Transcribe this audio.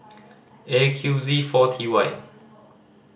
A Q Z four T Y